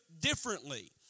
differently